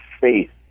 faith